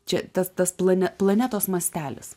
čia tas tas plane planetos mastelis